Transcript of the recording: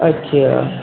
اچھا